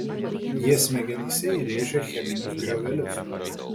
jie smegenyse įrėžia cheminius griovelius